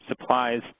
supplies